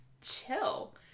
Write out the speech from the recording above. chill